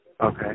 Okay